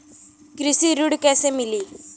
कृषि ऋण कैसे मिली?